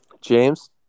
james